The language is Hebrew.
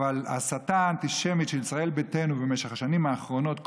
ההסתה האנטישמית של ישראל ביתנו במשך השנים האחרונות,